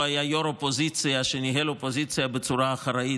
היה ראש האופוזיציה שניהל אופוזיציה בצורה אחראית.